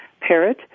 parrot